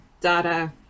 data